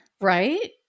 Right